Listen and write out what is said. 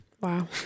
wow